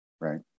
Right